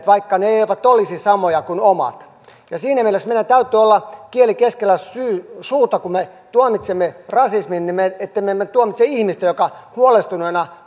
vaikka ne ne eivät olisi samoja kuin omat ja siinä mielessä meidän täytyy olla kieli keskellä suuta kun me tuomitsemme rasismin ettemme me tuomitse ihmistä joka huolestuneena